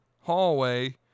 hallway